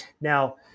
Now